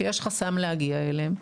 שיש חסם להגיע אליהן.